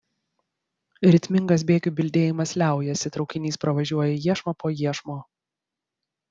ritmingas bėgių bildėjimas liaujasi traukinys pravažiuoja iešmą po iešmo